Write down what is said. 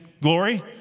glory